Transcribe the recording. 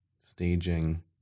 Staging